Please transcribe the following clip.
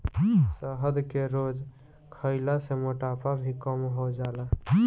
शहद के रोज खइला से मोटापा भी कम हो जाला